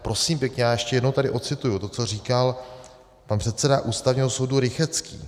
Prosím pěkně, já ještě jednou tady ocituji to, co říkal pan předseda Ústavního soudu Rychetský.